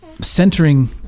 centering